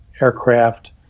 aircraft